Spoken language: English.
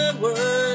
words